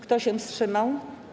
Kto się wstrzymał?